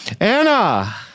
Anna